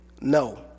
No